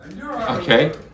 Okay